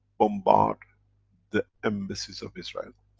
bombard the embassies of israel.